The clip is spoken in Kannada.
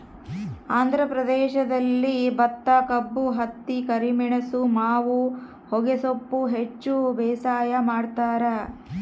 ಆಂಧ್ರ ಪ್ರದೇಶದಲ್ಲಿ ಭತ್ತಕಬ್ಬು ಹತ್ತಿ ಕರಿಮೆಣಸು ಮಾವು ಹೊಗೆಸೊಪ್ಪು ಹೆಚ್ಚು ಬೇಸಾಯ ಮಾಡ್ತಾರ